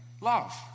love